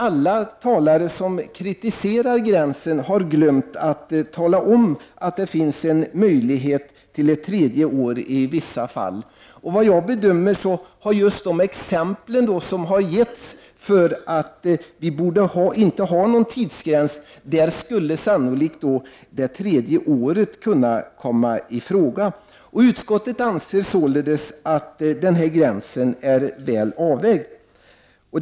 Alla talare som kritiserar gränsen har glömt att tala om att det i vissa fall finns en möjlighet till ett tredje år. När det gäller de fall då det enligt de exempel som har getts inte borde finnas en tidsgräns, skulle sannolikt det tredje året kunna komma i fråga. Utskottet anser således att gränsen är väl avvägd.